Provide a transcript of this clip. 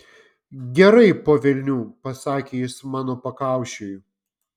gerai po velnių pasakė jis mano pakaušiui